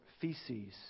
feces